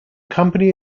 company